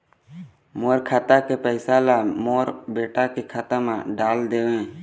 मोर खाता के पैसा ला मोर बेटा के खाता मा डाल देव?